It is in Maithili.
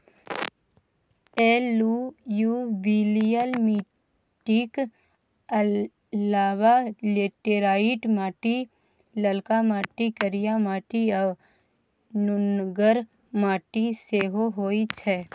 एलुयुबियल मीटिक अलाबा लेटेराइट माटि, ललका माटि, करिया माटि आ नुनगर माटि सेहो होइ छै